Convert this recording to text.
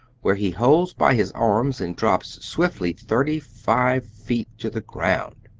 where he holds by his arms and drops swiftly thirty-five feet to the ground.